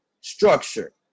structure